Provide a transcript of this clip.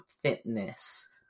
fitness